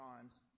times